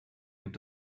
gibt